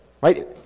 right